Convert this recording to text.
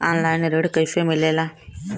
Online ऋण कैसे मिले ला?